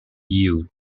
youth